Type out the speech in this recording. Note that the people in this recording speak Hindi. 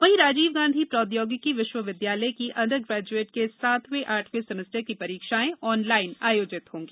वहीं राजीव गांधी प्रौद्योगिकी विश्वविद्यालय की अंडर ग्रेजुएट के सातवें आठवें सेमेस्टर की परीक्षाएं ऑनलाइन आयोजित होंगी